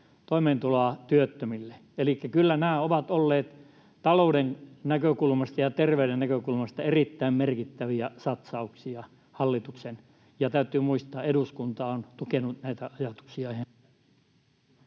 toimeentuloa työttömille. Elikkä kyllä nämä ovat olleet talouden näkökulmasta ja terveyden näkökulmasta erittäin merkittäviä satsauksia hallitukselta, ja täytyy muistaa, että eduskunta on tukenut näitä ajatuksia.